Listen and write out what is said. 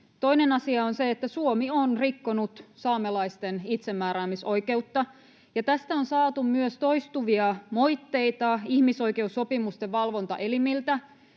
Toinen asia on se, että Suomi on rikkonut saamelaisten itsemääräämisoikeutta, ja tästä on saatu myös toistuvia moitteita ihmisoikeussopimusten valvontaelimiltä.